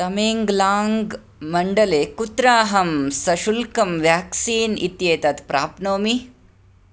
तमेङ्ग्लाङ्ग् मण्डले कुत्र अहं सशुल्कं व्याक्सीन् इत्येतत् प्राप्नोमि